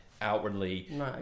outwardly